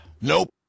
Nope